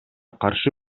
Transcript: каршы